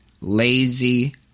lazy